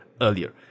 earlier